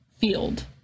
field